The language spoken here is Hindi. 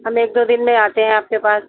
हम एक दो दिन में आते हैं आपके पास